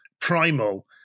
primal